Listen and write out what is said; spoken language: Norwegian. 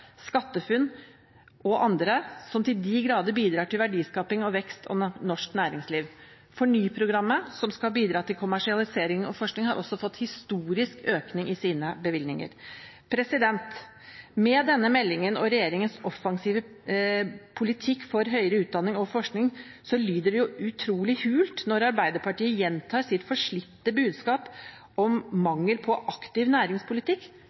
SkatteFUNN og andre til de grader bidrar til verdiskaping og vekst i norsk næringsliv. FORNY-programmet, som skal bidra til kommersialisering av forskning, har også fått historisk økning i sine bevilgninger. Med denne meldingen og regjeringens offensive politikk for høyere utdanning og forskning lyder det utrolig hult når Arbeiderpartiet gjentar sitt forslitte budskap om mangel på aktiv næringspolitikk.